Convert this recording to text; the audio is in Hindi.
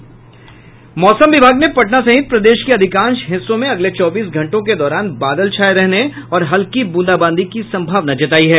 मौसम विभाग ने पटना सहित प्रदेश के अधिकांश हिस्सों में अगले चौबीस घंटों के दौरान बादल छाये रहने और हल्की ब्रंदाबांदी की संभावना जतायी है